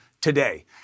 today